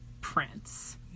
Prince